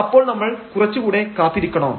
അപ്പോൾ നമ്മൾ കുറച്ചുകൂടെ കാത്തിരിക്കണോ